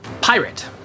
Pirate